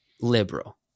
liberal